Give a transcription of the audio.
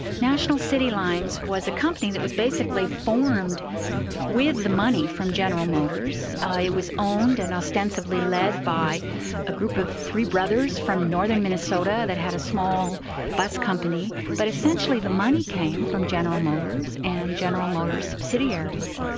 national city lines was a company that was basically formed with the money from general motors it was owned and ostensibly led by a group of three brothers from northern minnesota that had a small bus company, but essentially the money came from general motors, and general motors subsidiaries.